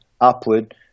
upward